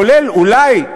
כולל אולי,